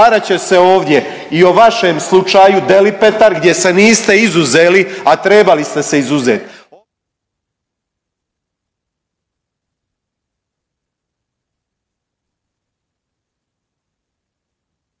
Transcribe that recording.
će se ovdje i o vašem slučaju Delipetar gdje se niste izuzeli, a trebali ste se izuzet.